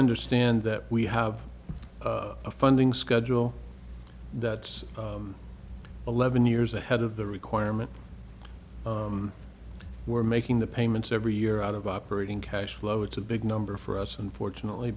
understand that we have a funding schedule that's eleven years ahead of the requirement we're making the payments every year out of operating cash flow it's a big number for us unfortunately